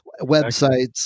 websites